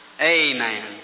Amen